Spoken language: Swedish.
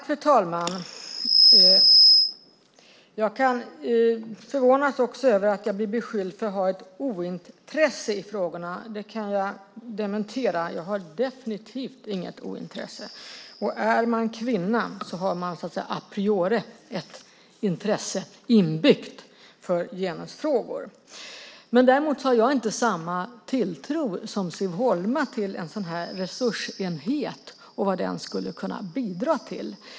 Fru talman! Jag förvånas över att bli beskylld för att ha ett ointresse i frågorna. Det kan jag dementera. Jag har definitivt inget ointresse. Är man kvinna har man a priori ett intresse inbyggt för genusfrågor. Däremot har jag inte samma tilltro som Siv Holma till en sådan här resursenhet och vad den skulle kunna bidra till.